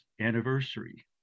anniversary